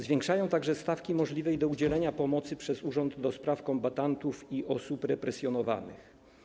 Zwiększają także stawki możliwej do udzielenia pomocy przez Urząd do Spraw Kombatantów i Osób Represjonowanych.